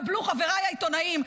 קבלו חבריי העיתונאים,